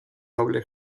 noble